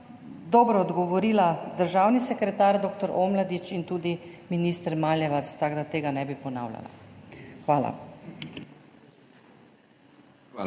dobro odgovorila državni sekretar doktor Omladič in tudi minister Maljevac, tako da tega ne bi ponavljala. Hvala.